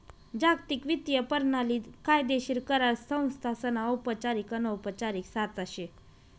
जागतिक वित्तीय परणाली कायदेशीर करार संस्थासना औपचारिक अनौपचारिक साचा शे